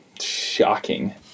Shocking